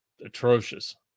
atrocious